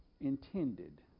intended